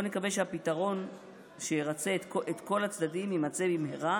בואו נקווה שהפתרון שירצה את כל הצדדים יימצא במהרה